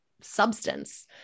substance